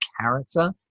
character